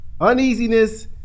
uneasiness